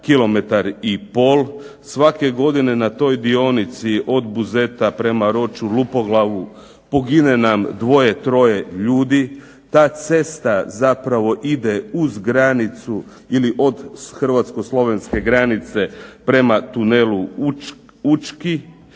1,5 km. Svake godine na toj dionici od Buzeta prema Roću, Lupoglavu pogine nam dvoje, troje ljudi. Ta cesta zapravo ide uz granicu ili od hrvatsko-slovenske granice prema tunelu Učki.